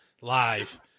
live